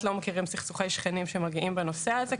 ולא מכירים סכסוכי שכנים שמגיעים בנושא הזה,